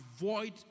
avoid